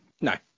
No